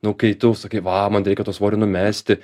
nu kai tu sakai va man reikia to svorio numesti